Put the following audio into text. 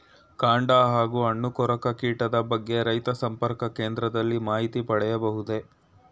ಕಾಂಡ ಹಾಗೂ ಹಣ್ಣು ಕೊರಕ ಕೀಟದ ಬಗ್ಗೆ ರೈತ ಸಂಪರ್ಕ ಕೇಂದ್ರದಲ್ಲಿ ಮಾಹಿತಿ ಪಡೆಯಬಹುದೇ?